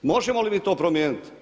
Možemo li mi to promijeniti?